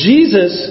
Jesus